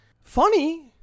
funny